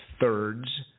Thirds